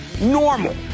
normal